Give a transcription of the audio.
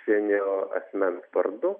fizinio asmens vardu